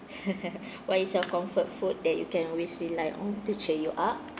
what is your comfort food that you can always rely on to cheer you up